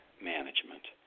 management